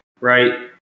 right